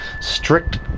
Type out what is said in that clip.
strict